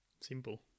Simple